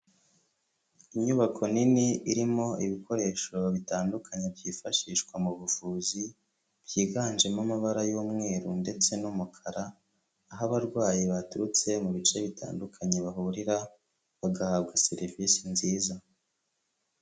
Inyubako nini irimo ibikoresho bitandukanye byifashishwa mu buvuzi byiganjemo amabara y'umweru ndetse n'umukara aho abarwayi baturutse mu bice bitandukanye bahurira bagahabwa serivisi nziza.